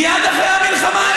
מייד אחרי המלחמה.